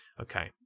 Okay